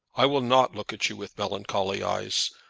i will not look at you with melancholy eyes,